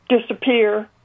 disappear